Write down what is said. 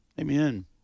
Amen